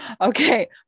okay